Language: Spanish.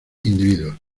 individuos